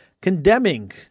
condemning